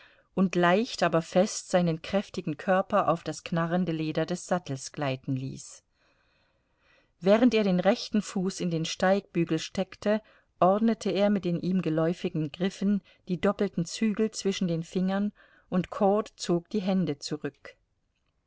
und leicht aber fest seinen kräftigen körper auf das knarrende leder des sattels gleiten ließ während er den rechten fuß in den steigbügel steckte ordnete er mit den ihm geläufigen griffen die doppelten zügel zwischen den fingern und cord zog die hände zurück